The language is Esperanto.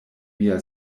mia